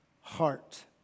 heart